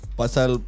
pasal